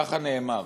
ככה נאמר,